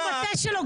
כי זה סעיף ספציפי,